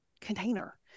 container